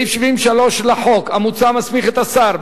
סעיף 73 לחוק המוצע מסמיך את השר,